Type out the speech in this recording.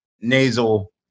nasal